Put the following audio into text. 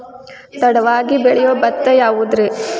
ತಡವಾಗಿ ಬೆಳಿಯೊ ಭತ್ತ ಯಾವುದ್ರೇ?